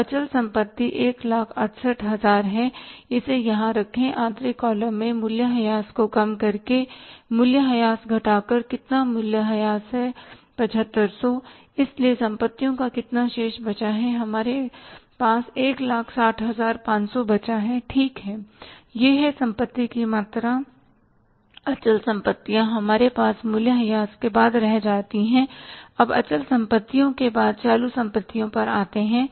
तो अचल संपत्ति 168000 है इसे यहां रखें आंतरिक कॉलम में मूल्यह्रास को कम करके मूल्यह्रास घटाकर कितना मूल्यह्रास है 7500 इसलिए संपत्तियों का कितना शेष बचा है हमारे पास 160500 बचा हैं ठीक है यह है संपत्ति की मात्रा अचल संपत्तियां हमारे पास मूल्यह्रास के बाद रह जाती है अब अचल संपत्तियों के बाद चालू संपत्तियों पर आते हैं